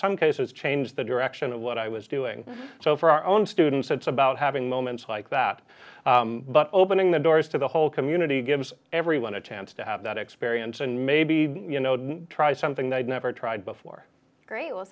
some cases changed the direction of what i was doing so for our own students it's about having moments like that but opening the doors to the whole community gives everyone a chance to have that experience and maybe you know try something they've never tried before a great w